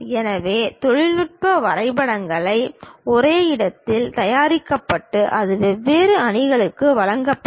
எனவே தொழில்நுட்ப வரைபடங்கள் ஒரே இடத்தில் தயாரிக்கப்பட்டு அது வெவ்வேறு அணிகளுக்கு வழங்கப்படும்